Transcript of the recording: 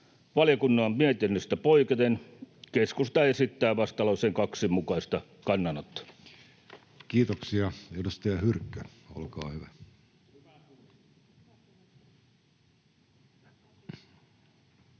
Valiokunnan mietinnöstä poiketen keskusta esittää vastalauseen 2 mukaista kannanottoa. Kiitoksia. — Edustaja Hyrkkö, olkaa hyvä.